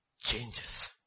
changes